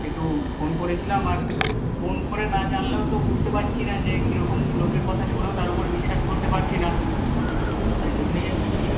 একটু ফোন করেছিলাম আর ফোন করে না জানলেও তো বুঝতে পারছি না যে কীরকম লোকের কথা শুনেও তার উপরে বিশ্বাস করতে পারছি না তাই জন্যেই আর কি